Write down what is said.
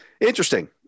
interesting